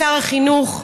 שר החינוך.